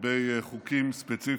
לגבי חוקים ספציפיים.